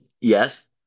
yes